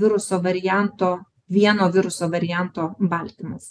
viruso varianto vieno viruso varianto baltymas